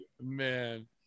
man